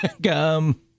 Gum